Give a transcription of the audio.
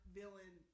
villain